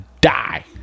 die